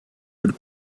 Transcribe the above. would